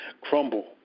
crumble